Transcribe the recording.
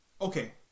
Okay